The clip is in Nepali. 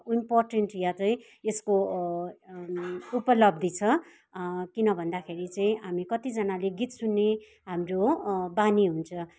इम्पोर्टेन्ट या चाहिँ यसको उपलब्धि छ किन भन्दाखेरि चाहिँ हामी कतिजनाले गीत सुन्ने हाम्रो बानी हुन्छ